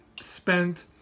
spent